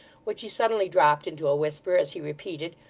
which he suddenly dropped into a whisper as he repeated,